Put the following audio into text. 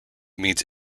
means